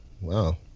wow